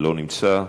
לא נמצא.